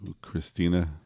Christina